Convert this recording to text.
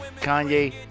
Kanye